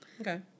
Okay